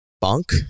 bunk